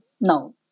no